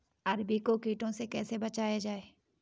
अरबी को कीटों से कैसे बचाया जाए?